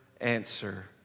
answer